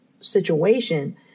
situation